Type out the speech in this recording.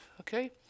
okay